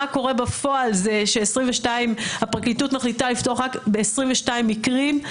שקורה בפועל זה שהפרקליטות מחליטה לפתוח רק ב-22 מקרים.